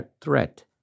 threat